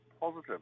positive